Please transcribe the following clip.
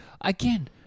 again